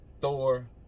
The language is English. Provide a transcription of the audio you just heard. Thor